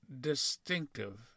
distinctive